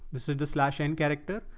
this is the slash and character.